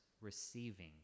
receiving